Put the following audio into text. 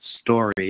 story